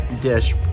dish